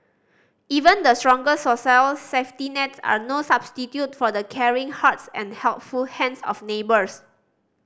even the strongest safety nets are no substitute for the caring hearts and helpful hands of neighbours